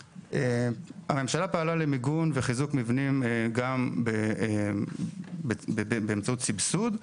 הממשלה פעלה למיגון וחיזוק מבנים גם באמצעות סבסוד.